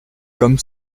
comme